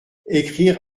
écrire